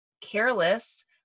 careless